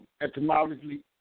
etymologically